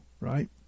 right